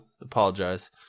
apologize